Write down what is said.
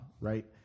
right